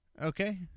Okay